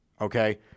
okay